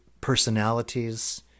personalities